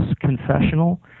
confessional